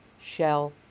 Shell